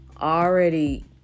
Already